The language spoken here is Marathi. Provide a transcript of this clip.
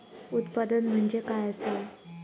उत्पादन म्हणजे काय असा?